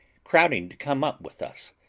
crowding to come up with us,